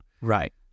Right